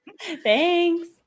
Thanks